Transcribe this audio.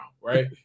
Right